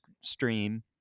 stream